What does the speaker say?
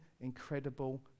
incredible